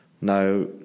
Now